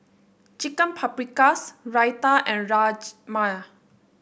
Chicken Paprikas Raita and Rajma